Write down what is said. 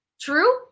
true